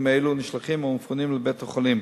אלו נשלחים או מפונים לבית-החולים.